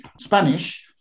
Spanish